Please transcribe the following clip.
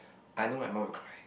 I know my mum will cry